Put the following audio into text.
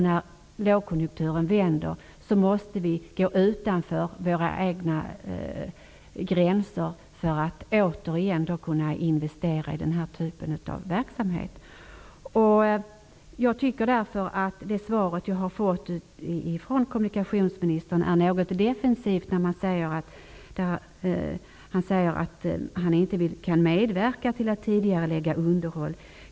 När konjunkturen vänder måste vi kanske gå utanför våra egna gränser för att återigen kunna investera i den här typen av verksamhet. Svaret som jag fått av kommunikationsministern är något defensivt när han säger att han inte kan medverka till att tidigarelägga underhåll.